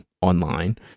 online